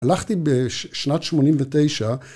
‫הלכתי בשנת 89',